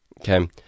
Okay